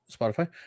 Spotify